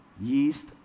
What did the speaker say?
yeast